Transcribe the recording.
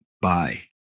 bye